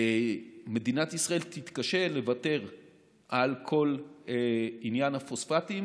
מדינת ישראל תתקשה לוותר על כל עניין הפוספטים